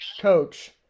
coach—